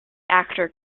actor